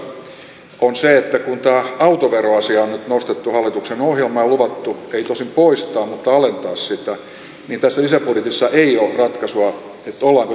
toinen asia joka on yllättävä tässä lisäbudjetissa on se että kun tämä autoveroasia on nyt nostettu hallituksen ohjelmaan ja on luvattu ei tosin poistaa mutta alentaa sitä niin tässä lisäbudjetissa ei ole ratkaisua että ollaanko tälle tekemässä jotain